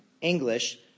English